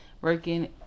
working